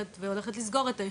אתה מוריד סדר גודל של 90% פחות.